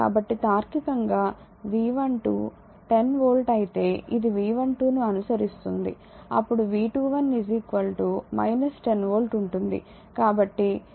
కాబట్టి తార్కికంగా V12 10 volt అయితే ఇది V12 ను అనుసరిస్తుంది అప్పుడు V21 10 వోల్ట్ ఉంటుంది కాబట్టి V12 V21